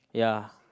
ya